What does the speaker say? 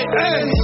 hey